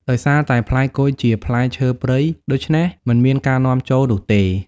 ដោយសារតែផ្លែគុយជាផ្លែឈើព្រៃ ដូច្នេះ មិនមានការនាំចូលនោះទេ។